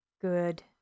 Good